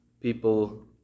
People